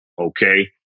Okay